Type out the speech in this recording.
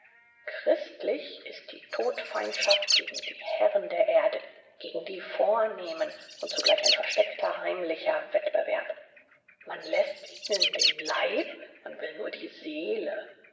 christlich ist die todfeindschaft gegen die herren der erde gegen die vornehmen und zugleich ein versteckter heimlicher wettbewerb man läßt ihnen den leib man will nur die seele